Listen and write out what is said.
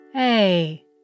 Hey